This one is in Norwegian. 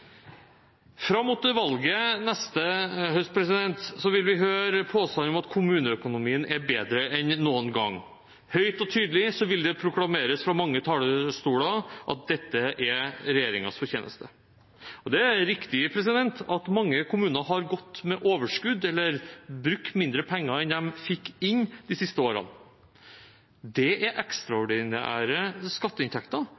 Fram mot valget neste høst vil vi høre påstander om at kommuneøkonomien er bedre enn noen gang. Høyt og tydelig vil det proklameres fra mange talerstoler at dette er regjeringens fortjeneste. Det er riktig at mange kommuner har gått med overskudd eller brukt mindre penger enn de fikk inn, de siste årene. Det er